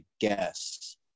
guess